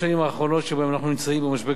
שבהן אנחנו נמצאים במשבר כלכלי עולמי,